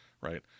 right